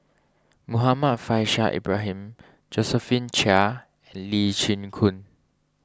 Muhammad Faishal Ibrahim Josephine Chia and Lee Chin Koon